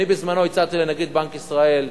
אני בזמנו הצעתי לנגיד בנק ישראל: